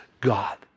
God